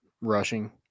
rushing